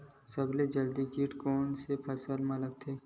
सबले जल्दी कीट कोन से फसल मा लगथे?